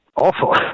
awful